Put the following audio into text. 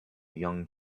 young